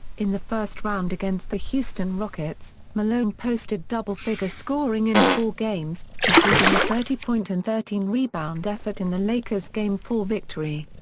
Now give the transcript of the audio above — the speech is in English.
in the first round against the houston rockets, malone posted double figure scoring in four games, including a thirty point and thirteen rebound effort in the lakers game four victory.